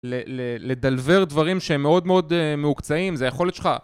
לדלבר דברים שהם מאוד מאוד מעוקצאים זה יכולת שלך